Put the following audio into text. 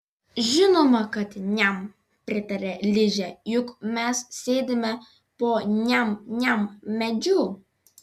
žinoma kad niam pritaria ližė juk mes sėdime po niam niam medžiu